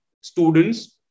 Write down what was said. students